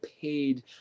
paid